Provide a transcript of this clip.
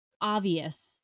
obvious